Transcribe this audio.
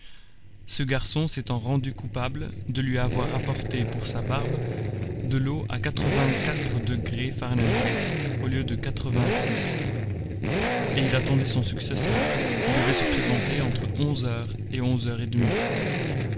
ce garçon s'étant rendu coupable de lui avoir apporté pour sa barbe de l'eau à quatre-vingt-quatre degrés fahrenheit au lieu de quatre-vingt-six et il attendait son successeur qui devait se présenter entre onze heures et onze heures et demie